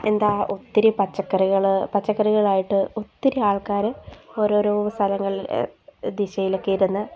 എന്താ ഒത്തിരി പച്ചക്കറികൾ പച്ചക്കറികളായിട്ട് ഒത്തിരി ആൾക്കാർ ഓരോരോ സ്ഥലങ്ങളിൽ ദിശയിലൊക്കെ ഇരുന്ന്